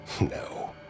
No